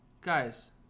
Guys